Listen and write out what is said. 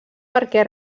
perquè